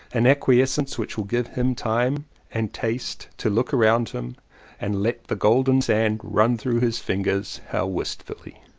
an acquiescence which will give him time and taste to look around him and let the golden sand run through his fingers how wistfully!